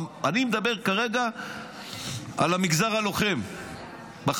כרגע אני מדבר על המגזר הלוחם בחזית.